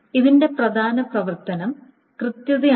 ഇതിന്റെ പ്രധാന പ്രവർത്തനം കൃത്യതയാണ്